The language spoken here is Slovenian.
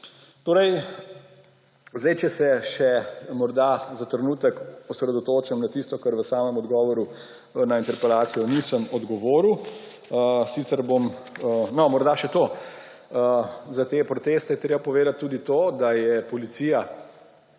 stroke. Če se še morda za trenutek osredotočim na tisto, na kar v samem odgovoru na interpelacijo nisem odgovoril. No, morda še to, za te proteste je treba povedati tudi to, da je policija